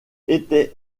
était